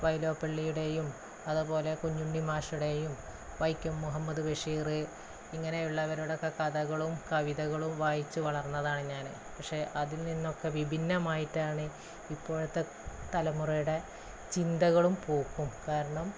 വൈലോപ്പള്ളിയുടേയും അതുപോലെ കുഞ്ഞുണ്ണി മാഷുടെയും വൈക്കം മുഹമ്മദ് ബഷീർ ഇങ്ങനെ ഉള്ളവരുടെ ഒക്കെ കഥകളും കവിതകളും വായിച്ച് വളർന്നതാണ് ഞാൻ പക്ഷെ അതിൽ നിന്നും ഒക്കെ വിഭിന്നമായിട്ടാണ് ഇപ്പോഴത്തെ തലമുറയുടെ ചിന്തകളും പോക്കും കാരണം